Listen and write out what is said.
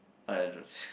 I